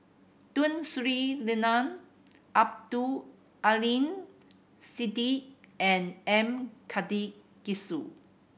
Tun Sri Lanang Abdul Aleem Siddique and M Karthigesu